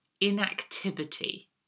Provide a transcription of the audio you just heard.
Inactivity